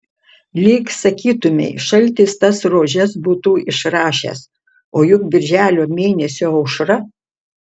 lyg sakytumei šaltis tas rožes būtų išrašęs o juk birželio mėnesio aušra